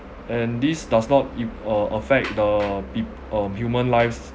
and this does not e~ uh affect the peop~ um human lives